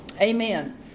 Amen